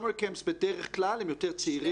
מחנות הקיץ בדרך כלל הם יותר צעירים,